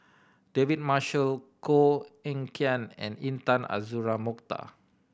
David Marshall Koh Eng Kian and Intan Azura Mokhtar